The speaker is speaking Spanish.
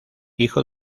hijo